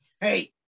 Hey